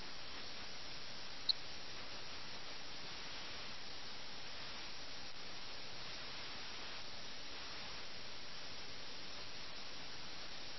അതിനാൽ പ്രേംചന്ദിന്റെ the chess players എന്ന ലെൻസിലൂടെ നമുക്ക് ലഖ്നൌ സമൂഹത്തിലേക്ക് പെട്ടെന്ന് ഒന്ന് കണ്ണോടിക്കാം